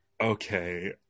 okay